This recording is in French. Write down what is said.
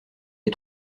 les